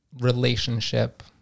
relationship